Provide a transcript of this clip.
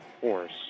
force